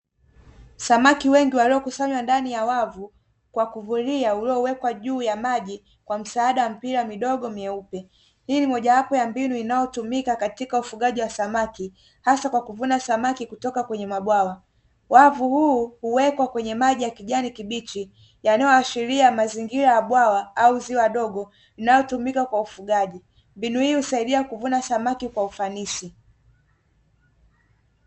Samaki wengi waliokusanywa ndani ya wavu wa kuvulia uliowekwa juu ya maji kwa msaada wa mpira mdogo meupe, hii ni mojawapo ya mbinu inayotumika katika ufugaji wa samaki hasa kwa kuvuna samaki kutoka kwenye mabwawa, wavu huu huwekwa kwenye maji ya kijani kibichi yanayoashiria mazingira ya bwawa au ziwa dogo ninayotumika kwa ufugaji mbinu hii husaidia kuvuna samaki kwa ufanisi.